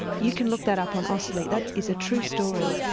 you can look that up on austlii, that is a true story.